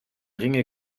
ringe